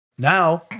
Now